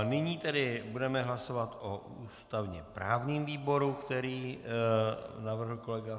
Nyní tedy budeme hlasovat o ústavněprávním výboru, který navrhl kolega Fiedler.